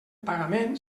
pagament